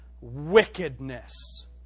wickedness